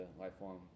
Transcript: lifelong